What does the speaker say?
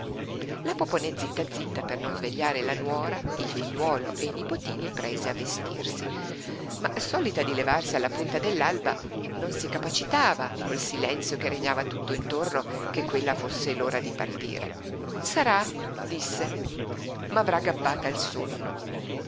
la poponè zitta zitta per non svegliare la nuora il figliuolo e i nipotini prese a vestirsi ma solita di levarsi alla punta dell'alba non si capacitava col silenzio che regnava tutt'intorno che quella fosse l'ora di partire sarà disse m'avrà gabbata il sonno